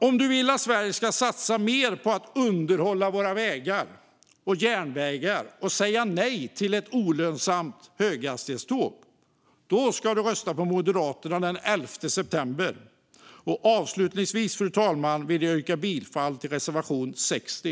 Om man vill att vi i Sverige ska satsa mer på att underhålla våra vägar och järnvägar och säga nej till ett olönsamt höghastighetståg ska man rösta på Moderaterna den 11 september. Avslutningsvis, fru talman, vill jag yrka bifall till reservation 60.